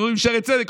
גומרים עם שערי צדק,